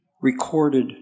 recorded